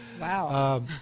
Wow